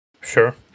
Sure